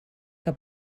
que